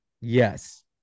Yes